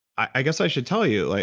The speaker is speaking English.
i guess i should tell you, like